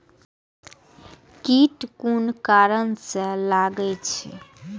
कीट कोन कारण से लागे छै?